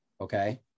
Okay